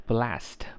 Blast